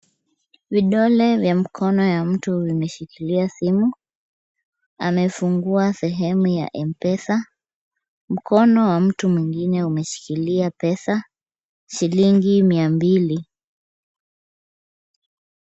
Vidole vya mkono ya mtu vimeshikilia simu, amefunguwa sehemu ya M-Pesa. Mkono wa mtu mwingine umeshikilia pesa, shilingi mia mbili.